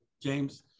James